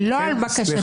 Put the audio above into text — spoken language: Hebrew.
לא על בקשתי.